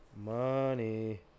money